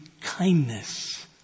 kindness